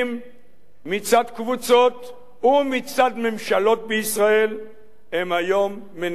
מצד קבוצות ומצד ממשלות בישראל הם היום מנת חלקנו.